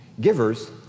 Givers